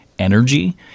Energy